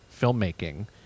filmmaking